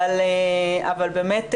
אבל באמת,